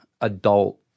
adult